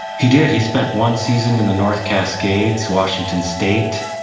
he did. he spent one season in the north cascades, washington state,